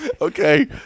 Okay